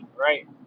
right